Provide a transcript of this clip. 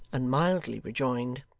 and mildly rejoined